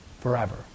forever